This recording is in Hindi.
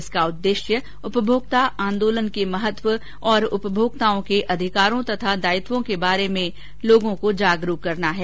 इसका उद्देश्य उपभोक्ता आन्दोलन के महत्व और उपभोक्ताओं के अधिकारों तथा दायित्वों के बारे में जागरूक करना है